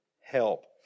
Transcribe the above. help